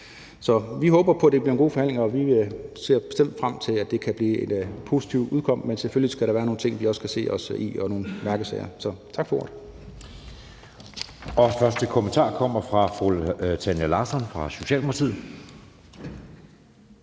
Så vi håber på, det bliver en god forhandling, og vi ser bestemt frem til, at det kan blive et positivt udkomme, men selvfølgelig skal der være nogle ting, vi også kan se os selv i, altså nogle mærkesager. Tak for ordet.